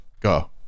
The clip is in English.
go